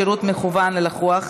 שירות מקוון ללקוח),